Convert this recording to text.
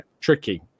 tricky